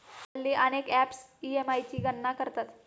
हल्ली अनेक apps EMI ची गणना करतात